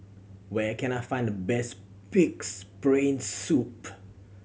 where can I find the best Pig's Brain Soup